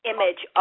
Image